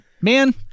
man